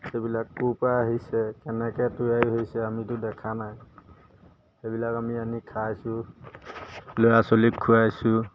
সেইবিলাক ক'ৰপৰা আহিছে কেনেকৈ তৈয়াৰী হৈছে আমিতো দেখা নাই সেইবিলাক আমি আনি খাইছোঁ ল'ৰা ছোৱালীক খুৱাইছোঁ